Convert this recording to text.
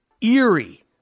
eerie